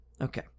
Okay